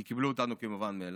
כי קיבלו אותנו כמובן מאליו,